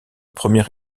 premier